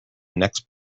next